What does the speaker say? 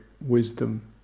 wisdom